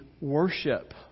worship